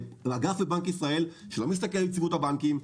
זה אגף בבנק ישראל שלא מסתכל על יציבות הבנקים,